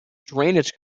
drainage